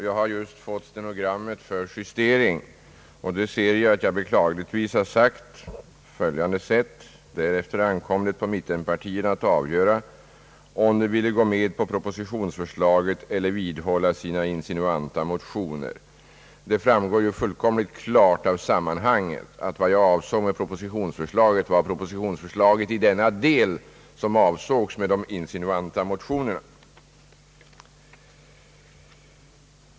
Jag har just fått den stenografiska utskriften för justering, och där ser jag att jag beklagligtvis har sagt följande: »Därefter ankom det på mittenpartierna att avgöra om de ville gå med på propositionsförslaget eller vidhålla sina insinuanta motioner.» Det framgår fullkomligt klart av sammanhanget, att jag med »propositionsförslaget» avsåg förslaget i den del som avsågs i de insinuanta motionerna.